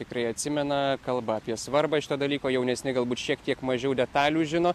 tikrai atsimena kalba apie svarbą šito dalyko jaunesni galbūt šiek tiek mažiau detalių žino